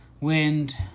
Wind